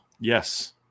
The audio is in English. Yes